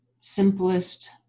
simplest